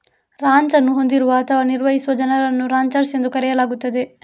ranch ಅನ್ನು ಹೊಂದಿರುವ ಅಥವಾ ನಿರ್ವಹಿಸುವ ಜನರನ್ನು ರಾಂಚರ್ಸ್ ಎಂದು ಕರೆಯಲಾಗುತ್ತದೆ